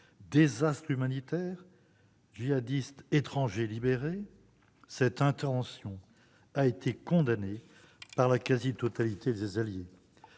Désastre humanitaire, djihadistes étrangers libérés : cette intervention a été condamnée par la quasi-totalité des alliés.